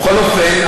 בכל אופן,